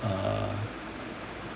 err